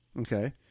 okay